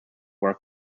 were